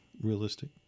realistic